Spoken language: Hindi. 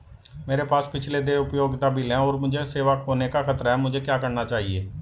मेरे पास पिछले देय उपयोगिता बिल हैं और मुझे सेवा खोने का खतरा है मुझे क्या करना चाहिए?